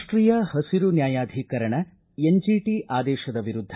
ರಾಷ್ಟೀಯ ಹಸಿರು ನ್ಯಾಯಾಧಿಕರಣ ಎನ್ಜೆಟ ಆದೇಶದ ವಿರುದ್ಧ